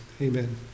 amen